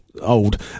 old